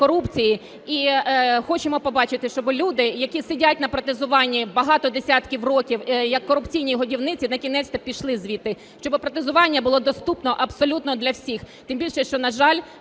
І хочемо побачити, щоби люди, які сидять на протезуванні багато десятки років як в корупційні годівниці, накінець-то пішли звідти. Щоби протезування було доступно абсолютно для всіх. Тим більше, що, на жаль,